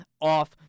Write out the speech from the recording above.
off